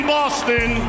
Boston